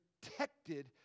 protected